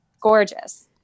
gorgeous